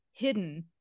hidden